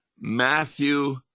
Matthew